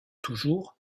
toujours